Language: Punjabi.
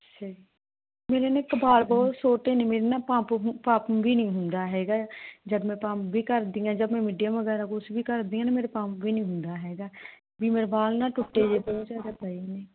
ਅੱਛਾ ਜੀ ਮੇਰੇ ਨਾ ਇੱਕ ਬਾਲ ਬਹੁਤ ਛੋਟੇ ਨੇ ਮੇਰੇ ਨਾ ਪਮਪ ਪਫ ਵੀ ਨਹੀਂ ਹੁੰਦਾ ਹੈਗਾ ਜਦ ਮੈਂ ਪਮ ਕਰਦੀ ਹਾਂ ਜਾਂ ਮੈਂ ਮਿੱਡੀਆਂ ਵਗੈਰਾ ਕੁਛ ਵੀ ਕਰਦੀ ਹਾਂ ਨਾ ਮੇਰੇ ਪਮ ਵੀ ਨਹੀਂ ਹੁੰਦਾ ਹੈਗਾ ਵੀ ਮੇਰੇ ਬਾਲ ਨਾ ਟੁੱਟੇ ਜੇ ਬਹੁਤ ਜ਼ਿਆਦਾ ਪਏ ਨੇ